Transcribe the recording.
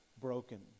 broken